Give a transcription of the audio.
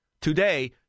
today